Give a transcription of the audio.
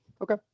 Okay